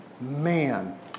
Man